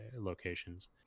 locations